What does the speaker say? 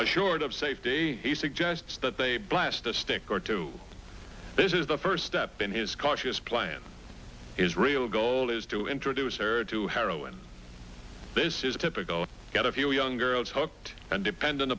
assured of safety he suggests that they blast a stick or two this is the first step in his cautious plan is real goal is to introduce her to heroin this is typical get a few young girls hooked and dependent